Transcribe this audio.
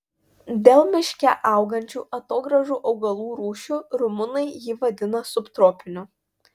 dėl miške augančių atogrąžų augalų rūšių rumunai jį vadina subtropiniu